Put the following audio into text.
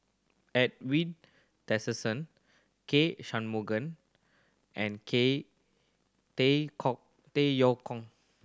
Edwin Tessensohn K Shanmugam and Tay Yong Kwang